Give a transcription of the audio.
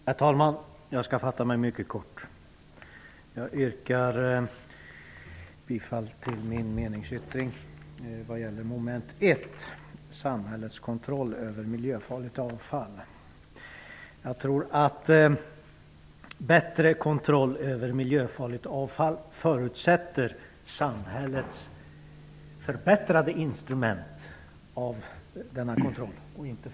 Herr talman! Jag skall fatta mig mycket kort. Jag yrkar bifall till min meningsyttring vad gäller mom. Jag tror att bättre kontroll över miljöfarligt avfall förutsätter att samhället får förbättrade, och inte försämrade, möjligheter.